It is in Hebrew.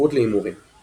התמכרות להימורים –